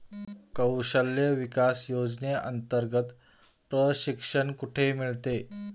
कौशल्य विकास योजनेअंतर्गत प्रशिक्षण कुठे मिळेल?